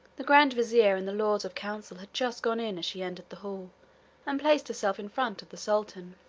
the grand vizier and the lords of council had just gone in as she entered the hall and placed herself in front of the sultan.